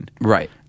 Right